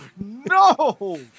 No